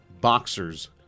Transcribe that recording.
boxers